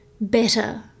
better